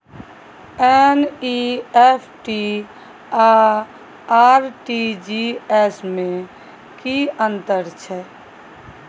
NEFT आ RTGS में की अन्तर छै?